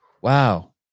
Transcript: Wow